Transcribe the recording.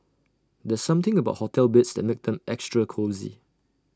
there's something about hotel beds that makes them extra cosy